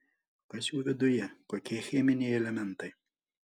kas jų viduje kokie cheminiai elementai